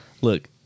look